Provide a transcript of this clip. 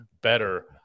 Better